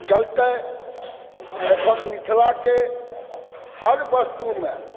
चलते अखन मिथिलाके हर वस्तुमे